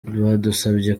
badusabye